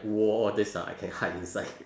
war all this ah I can hide inside